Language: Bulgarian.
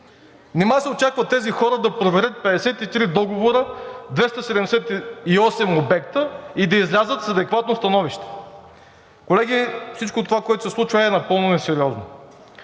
Нима се очаква от тези хора да проверят 53 договора, 278 обекта и да излязат с адекватно становище?! Колеги, всичко това, което се случва, е напълно несериозно.